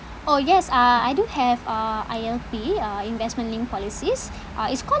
oh yes uh I do have uh I_L_P uh investment link policies uh it's called